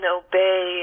obey